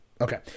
Okay